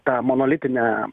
tą monolitinę